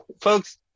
Folks